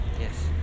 Yes